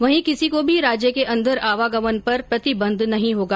वहीं किसी को भी राज्य के अंदर आवागमन पर प्रतिबंध नहीं होगा